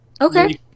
okay